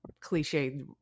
cliche